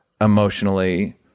emotionally